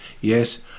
yes